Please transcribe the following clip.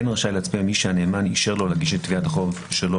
כן רשאי להצביע מי שהנאמן אישר לו להגיש את תביעת החוב שלו